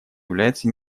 является